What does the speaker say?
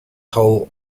hull